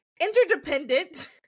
Interdependent